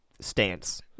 stance